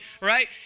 right